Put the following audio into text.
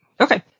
Okay